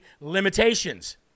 limitations